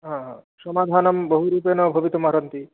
ह ह समाधानं बहुरूपेण भवितुमर्हन्ति